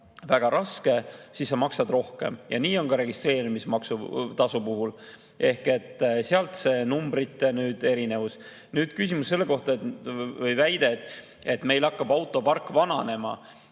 väga raske, siis sa maksad rohkem. Nii on ka registreerimistasu puhul, sealt see numbrite erinevus [tuleb]. Nüüd küsimus selle kohta või väide, et meil hakkab autopark vananema.